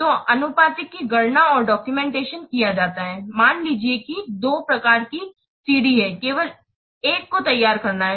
तो आनुपातिक की गणना और डॉक्यूमेंटेशन documentation किया जाता है मान लीजिए कि दो प्रकार की सीडी है केवल एक को तैयार करना है